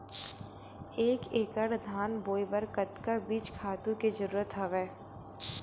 एक एकड़ धान बोय बर कतका बीज खातु के जरूरत हवय?